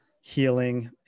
healing